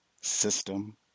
system